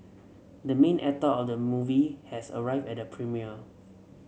the main actor of the movie has arrived at the premiere